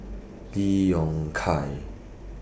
Lee Yong Kiat